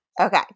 Okay